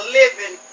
living